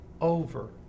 over